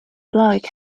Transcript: bloke